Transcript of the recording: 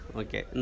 okay